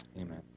Amen